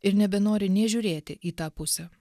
ir nebenori nei žiūrėti į tą pusę